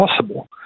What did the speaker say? possible